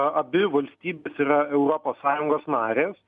abi valstybės yra europos sąjungos narės